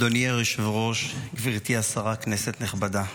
היושב-ראש, גברתי השרה, כנסת נכבדה,